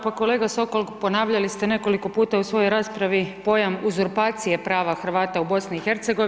Pa kolega Sokol, ponavljali ste nekoliko puta u svojoj raspravi pojam uzurpacije prava Hrvata u BiH.